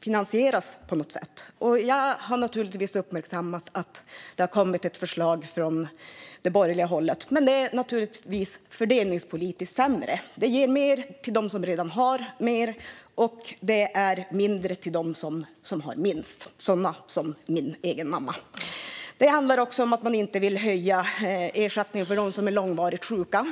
finansieras på något sätt. Jag har uppmärksammat att det har kommit ett förslag från det borgerliga hållet, men det är naturligtvis fördelningspolitiskt sämre. Det ger mer till dem som redan har mer och mindre till dem som har minst - till sådana som min egen mamma. Det handlar också om att man inte, som regeringen har gjort, vill höja ersättningen för dem som är långvarigt sjuka.